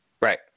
Right